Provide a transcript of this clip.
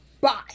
Bye